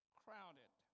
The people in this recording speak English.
crowded